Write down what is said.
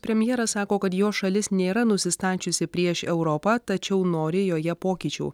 premjeras sako kad jo šalis nėra nusistačiusi prieš europą tačiau nori joje pokyčių